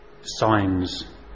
signs